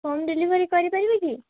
home delivery କରିପାରିବେ କି